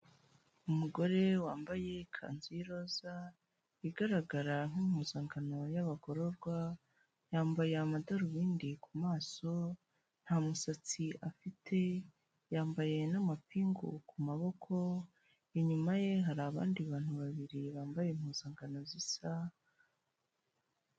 Umugore wambaye ikanzu y’iroza igaragara nk’impuzankano y'abagororwa, yambaye amadarubindi ku maso, nta musatsi afite, yambaye n'amapingu ku maboko, inyuma ye har’abandi bantu babiri bambaye impuzankano zisa.